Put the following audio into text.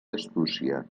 astúcia